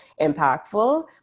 impactful